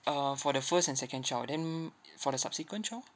uh for the first and second child then for the subsequent child